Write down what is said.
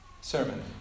sermon